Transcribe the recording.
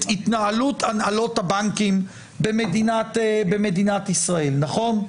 התנהלות הנהלות הבנקים במדינת ישראל נכון?